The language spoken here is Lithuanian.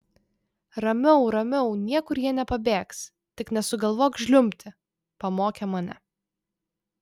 ramiau ramiau niekur jie nepabėgs tik nesugalvok žliumbti pamokė mane